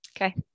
Okay